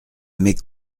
mais